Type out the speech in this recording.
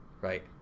right